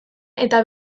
eta